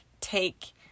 take